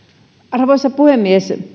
arvoisa puhemies